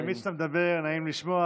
אם כי תמיד כשאתה מדבר נעים לשמוע,